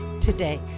today